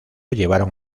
llevaron